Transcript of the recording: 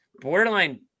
borderline